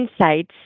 Insights